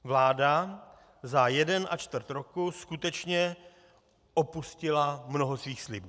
Vláda za jeden a čtvrt roku skutečně opustila mnoho svých slibů.